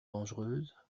dangereuse